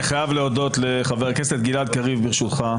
אני חייב להודות לחבר הכנסת גלעד קריב ברשותך,